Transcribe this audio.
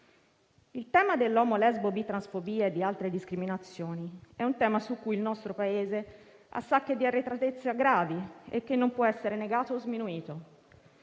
Sul tema dell'omo-lesbo-bi-transfobia e di altre discriminazioni il nostro Paese ha sacche di arretratezza gravi e ciò non può essere negato o sminuito.